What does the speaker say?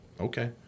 okay